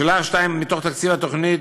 לשאלה 2: מתוך תקציב התוכנית,